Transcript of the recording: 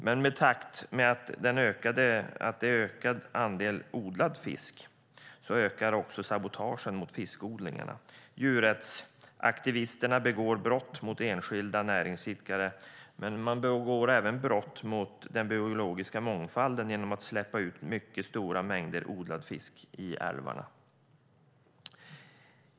I takt med ökad andel odlad fisk ökar också sabotagen mot fiskodlingarna. Djurrättsaktivisterna begår brott mot enskilda näringsidkare. Men man begår även brott mot den biologiska mångfalden genom att släppa ut mycket stora mängder odlad fisk i älvarna.